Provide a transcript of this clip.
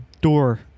door